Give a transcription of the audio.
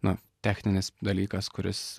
na techninis dalykas kuris